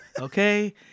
okay